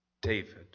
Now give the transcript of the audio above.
David